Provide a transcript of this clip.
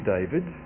David